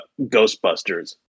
Ghostbusters